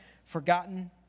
forgotten